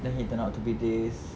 then he turned out to be gay